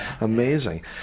Amazing